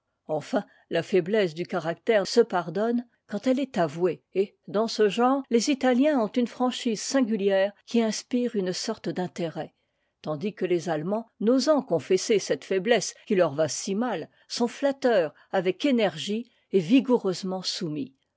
enfin la faiblesse du caractère se pardonne quand elle est avouée et dans ce genre les italiens ont une franchise singulière qui inspiré une sorte d'intérêt tandis que les allemands n'osant confesser cette faiblesse qui leur va si mal sont flatteurs avec énergie et vigoureusement soumis